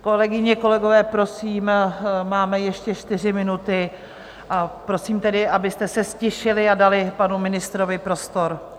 Kolegyně, kolegové, prosím, máme ještě čtyři minuty, prosím tedy, abyste se ztišili a dali panu ministrovi prostor.